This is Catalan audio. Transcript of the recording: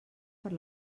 per